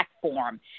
platform